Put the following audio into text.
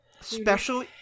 special